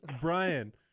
Brian